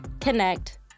connect